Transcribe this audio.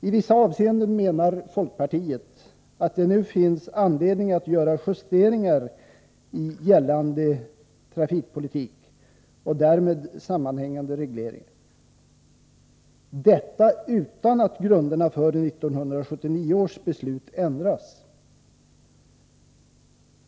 Folkpartiet menar att det i vissa avseenden nu finns anledning att göra justeringar i gällande trafikpolitik och därmed sammanhängande reglering, detta utan att grunderna för 1979 års beslut ändras.